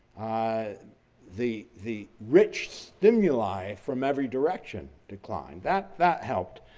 ah the the rich stimuli from every direction declined. that that helped.